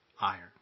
iron